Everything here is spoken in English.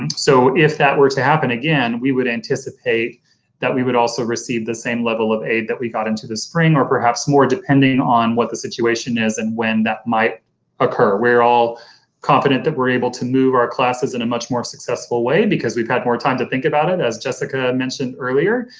and so if that were to happen again, we would anticipate that we would also receive the same level of aid that we got into the spring, or perhaps more depending on what the situation is, and when that might occur. we're all confident that we're able to move our classes in a much more successful way because we've had more time to think about it, as jessica mentioned earlier,